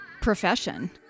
profession